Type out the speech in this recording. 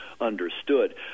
understood